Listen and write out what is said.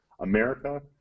America